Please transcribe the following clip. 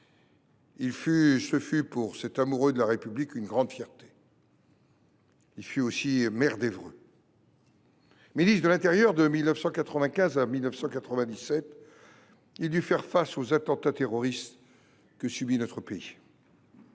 Ce fut pour cet amoureux de la République une grande fierté. Il fut aussi maire d’Évreux. Ministre de l’intérieur de 1995 à 1997, il dut faire face aux attentats terroristes que subit alors notre pays.